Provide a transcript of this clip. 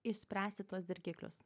išspręsti tuos dirgiklius